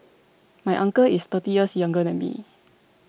my uncle is thirty years younger than me